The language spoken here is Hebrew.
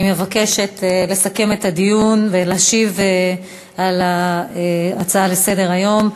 אני מבקשת לסכם את הדיון ולהשיב על ההצעות לסדר-היום.